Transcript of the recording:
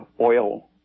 oil